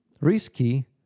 risky